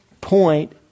point